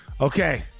Okay